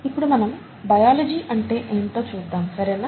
ఇప్పుడు మనం బయాలజీ అంటే ఏంటో చూద్దాం సరేనా